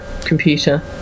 computer